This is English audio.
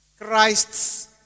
Christ's